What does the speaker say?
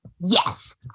Yes